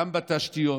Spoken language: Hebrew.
גם בתשתיות,